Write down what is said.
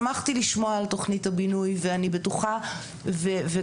שמחתי לשמוע על תוכנית הבינוי ואני בטוחה וככה,